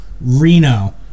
Reno